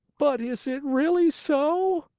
but is it really so?